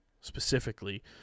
specifically